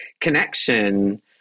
connection